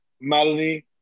Madeline